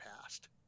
past